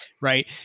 right